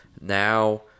Now